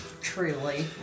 Truly